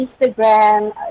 Instagram